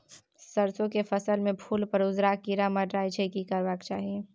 सरसो के फसल में फूल पर उजरका कीरा मंडराय छै की करबाक चाही?